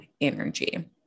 energy